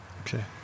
Okay